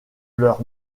leur